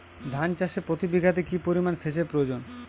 ধান চাষে প্রতি বিঘাতে কি পরিমান সেচের প্রয়োজন?